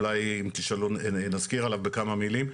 אולי נזכיר עליו בכמה מילים.